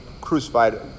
crucified